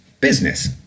business